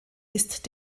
ist